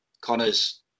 Connor's